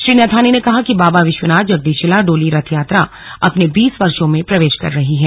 श्री नैथानी ने कहा की बाबा विश्वनाथ जगदीशिला डोली रथ यात्रा अपने बीस वर्षो में प्रवेश कर रही है